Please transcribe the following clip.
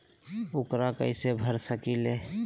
ऊकरा कैसे भर सकीले?